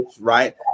right